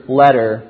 letter